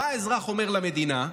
מה האזרח אומר למדינה?